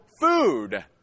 food